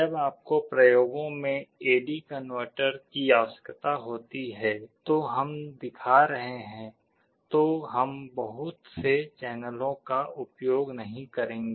जब आपको प्रयोगों में ए डी कनवर्टर की आवश्यकता होती है जो हम दिखा रहे हैं तो हम बहुत से चैनलों का उपयोग नहीं करेंगे